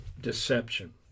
deception